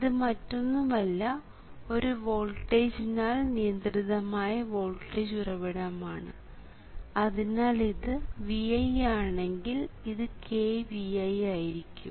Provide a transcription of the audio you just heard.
ഇത് മറ്റൊന്നുമല്ല ഒരു വോൾട്ടേജിനാൽ നിയന്ത്രിതമായ വോൾട്ടേജ് ഉറവിടമാണ് അതിനാൽ ഇത് Vi ആണെങ്കിൽ ഇത് k×Vi ആയിരിക്കും